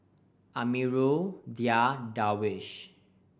Amirul Dhia Darwish